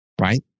Right